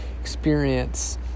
experience